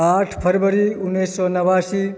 आठ फरवरी उन्नैस सए नबासी